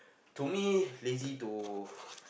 to me lazy too